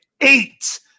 eight